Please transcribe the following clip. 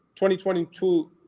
2022